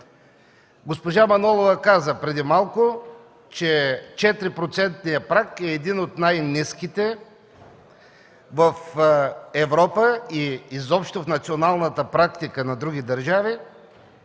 Госпожа Манолова каза преди малко, че 4-процентният праг е един от най-ниските в Европа и изобщо в националната практика на други държави,